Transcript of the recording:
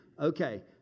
okay